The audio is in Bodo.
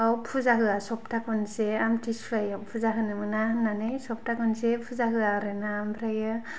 न'वाव फुजा होआ सप्ता खनसे आमथि सुवायाव फुजा होनो मोना होननानै सप्ता खनसे फुजा होआ आरोना ओमफ्रायो